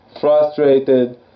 frustrated